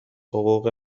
حقوق